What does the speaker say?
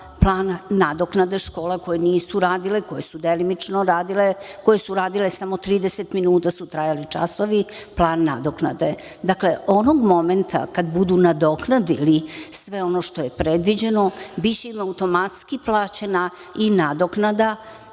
plan nadoknade škola koje nisu radile, koje su delimično radile, koje su radile samo 30 minuta koliko su trajali časovi, plan nadoknade.15/1 MO/CG 12.25 – 12.35Onog momenta kada budu nadoknadili sve ono što je predviđeno biće im automatski plaćena i nadoknada